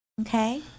Okay